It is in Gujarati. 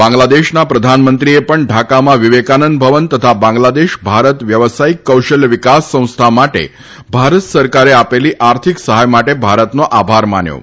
બાંગ્લાદેશના પ્રધાનમંત્રીએ પણ ઢાકામાં વિવેકાનંદ ભવન તથા બાંગ્લાદેશ ભારત વ્યવસાયિક કૌશલ્ય વિકાસ સંસ્થા માટે ભારત સરકારે આપેલી આર્થિક સહાય માટે ભારતનો આભાર માન્યો હતો